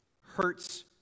hurts